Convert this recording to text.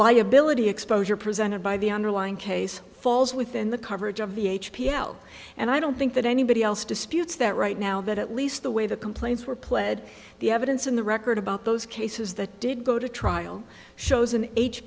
liability exposure presented by the underlying case falls within the coverage of the h p l c and i don't think that anybody else disputes that right now that at least the way the complaints were pled the evidence in the record about those cases that did go to trial shows an h